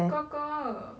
哥哥